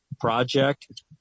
project